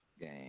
game